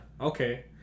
okay